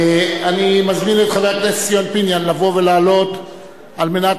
אני מזמין את חבר הכנסת ציון פיניאן לבוא ולעלות על מנת